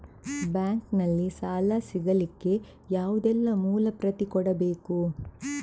Bank ನಲ್ಲಿ ಸಾಲ ಸಿಗಲಿಕ್ಕೆ ಯಾವುದೆಲ್ಲ ಮೂಲ ಪ್ರತಿ ಕೊಡಬೇಕು?